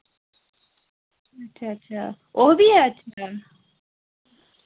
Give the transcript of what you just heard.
अच्छा अच्छा ओह् बी ऐ